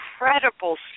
incredible